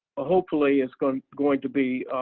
ah hopefully it's going going to be